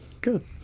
good